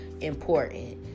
important